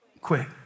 quick